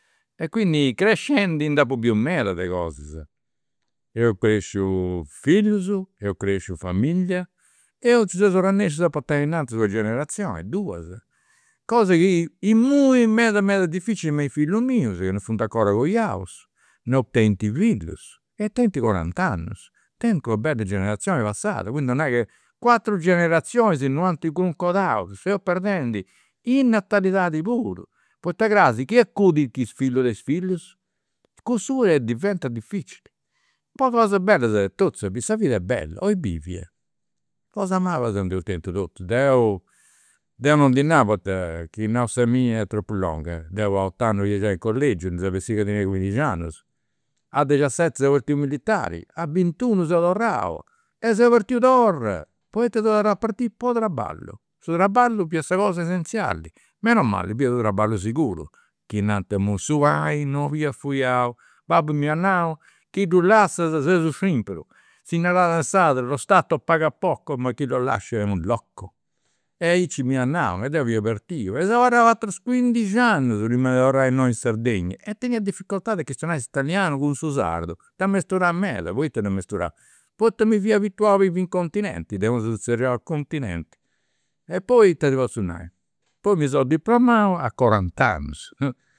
E quindi crescendi nd'apu biu medas de cosas, eus cresciu fillus, eus cresciu familia, e nci seus arrennescius a portai a una generazioni, duas, cosa chi imui est meda meda difficili me is fillus mius che non funt 'ncora coiaus, non tenint fillus e tenint corant'annus, tengu una bella generazioni passada, cuindi oi nai che cuatru generazionis non ant cuncodrau, seus perdendi in natalidadi puru, poita crasi chi acudit is fillus de is fillus? Cussu diventat difficili. Po cosa bellas totus sa vida est bella, oi bivia, cosas malas nd'eus tentu totus. Deu deu non ndi nau poita chi nau sa mia est tropu longa, deu a ot'annus fia giai in collegiu, ndi seu chi tenia cuindixi annus. A dexiaseti seu partiu militari, a bintunu seu torrau, e seu partiu torra, poita seu torrau a partiri, po traballu, su traballu fiat sa cosa essenziali, meno mali fiat u' traballu siguru, chi nant imui su pani non 'oliat fuiau, babbu m'iat nau, chi ddu lassas seis u' scimpru, si narat in sardu, lo stato paga poco ma chi lo lascia è un alloco, e aici m'iat nau e deu seu partiu e seu aterus cuindixi annus prima de torrai innoi in Sardegna e tenia difficoltadi a chistionai s'italianu cun su sardu, dd'amesturà meda, poita dd'amesturau, poita mi fia abituau a bivi in continenti, deu ddu zerriaus continenti. E poi ita ti potzu nau, poi mi seu diplomau a corant'annus